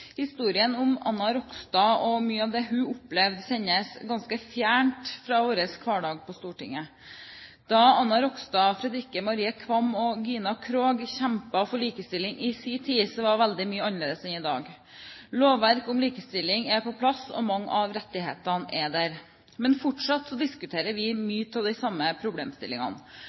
Historien om Anna Rogstad og mye av det hun opplevde, kjennes ganske fjernt fra vår hverdag på Stortinget. Da Anna Rogstad, Fredrikke Marie Qvam og Gina Krog kjempet for likestilling i sin tid, var veldig mye annerledes enn i dag. Lovverk om likestilling er på plass, og mange av rettighetene er der, men fortsatt diskuterer vi mange av de samme problemstillingene.